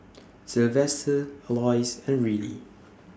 Sylvester Alois and Rillie